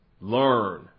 learn